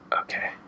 Okay